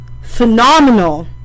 phenomenal